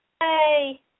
Hey